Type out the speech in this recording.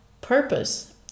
purpose